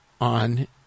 on